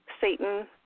Satan